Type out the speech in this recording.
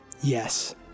yes